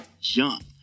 jump